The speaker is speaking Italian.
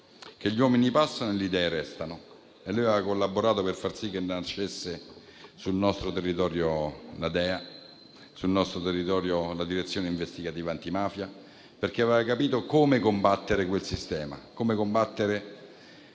che gli uomini passano e le idee restano. Aveva collaborato per far sì che nascesse sul nostro territorio la Direzione investigativa antimafia (DIA), perché aveva capito come combattere quel sistema, come combattere